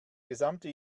gesamte